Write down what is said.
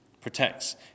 protects